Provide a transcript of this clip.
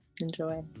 enjoy